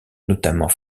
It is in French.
notamment